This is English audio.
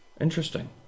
Interesting